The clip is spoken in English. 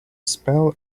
spell